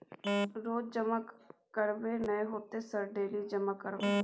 रोज जमा करबे नए होते सर डेली जमा करैबै?